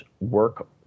work